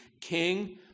king